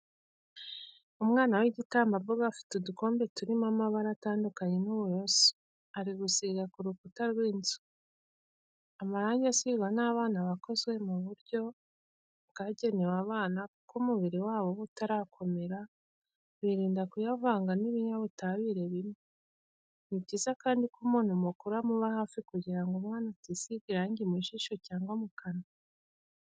Umwana w'igitambambuga afite udukombe turimo amabara atandukanye n'uburoso ari gusiga ku rukuta rw'inzu. Amarangi asigwa n'abana aba akoze mu buryo bwagenewe abana kuko umubiri wabo uba utarakomera, birinda kuyavanga n'ibinyabutabire bimwe. Ni byiza kandi ko umuntu mukuru amuba hafi kugira ngo umwana atisiga irangi mu jisho cyangwa mu kanwa.